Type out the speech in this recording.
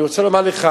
אני רוצה לומר לך,